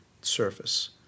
surface